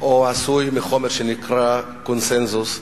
או עשוי מחומר שנקרא קונסנזוס,